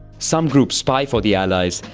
some groups spy for the allies,